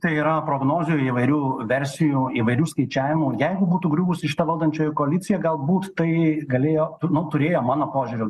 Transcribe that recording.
tai yra prognozių įvairių versijų įvairių skaičiavimų jeigu būtų griuvusi šita valdančioji koalicija galbūt tai galėjo tu nu turėjo mano požiūriu